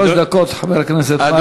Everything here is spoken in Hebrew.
שלוש דקות, חבר הכנסת מרגי.